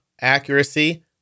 accuracy